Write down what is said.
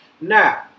Now